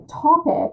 topic